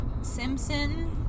Simpson